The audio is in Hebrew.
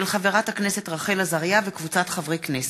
מאת חברת הכנסת רחל עזריה וקבוצת חברי הכנסת,